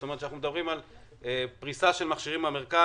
אנחנו מדברים על פריסה של פי 2 מכשירים במרכז